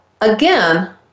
again